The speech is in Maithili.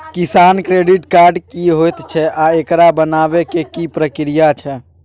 किसान क्रेडिट कार्ड की होयत छै आ एकरा बनाबै के की प्रक्रिया छै?